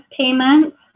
payments